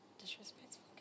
Disrespectful